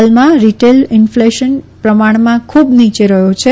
હાલમાં retail inflation પ્રમાણમાં ખુબ નીયે રહયો છે